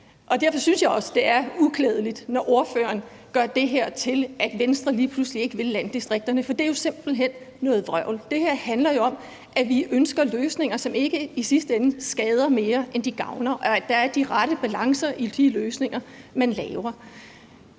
Derfor synes jeg også, at det er uklædeligt, at ordføreren gør det her til, at Venstre lige pludselig ikke vil landdistrikterne, for det er jo simpelt hen noget vrøvl. Det her handler om, at vi ønsker løsninger, som ikke i sidste ende skader mere, end de gavner, og at der er de rette balancer i de løsninger, man laver.